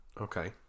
Okay